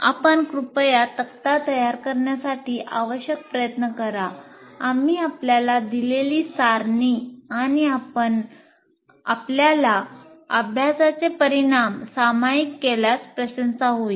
आपण कृपया तक्ता तयार करण्यासाठी आवश्यक प्रयत्न करा आम्ही आपल्याला दिलेली सारणी आणि आपण आपल्या अभ्यासाचे परिणाम सामायिक केल्यास प्रशंसा होईल